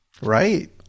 Right